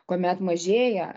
kuomet mažėja